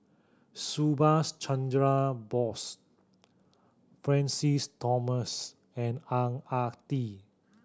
Subhas Chandra Bose Francis Thomas and Ang Ah Tee